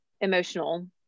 emotional